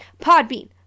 Podbean